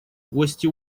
гости